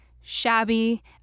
shabby